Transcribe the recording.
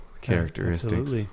characteristics